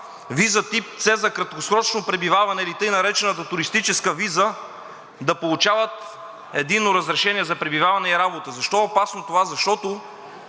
виза тип „С“ за краткосрочно пребиваване, или така наречената туристическа виза, да получават „Единно разрешение за пребиваване и работа“. Защо е опасно това? Защото